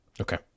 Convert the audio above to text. Okay